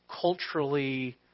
culturally